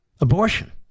Abortion